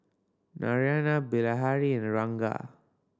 Naraina Bilahari and Ranga